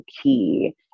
key